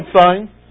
sign